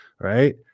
Right